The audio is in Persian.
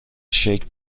شکل